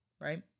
right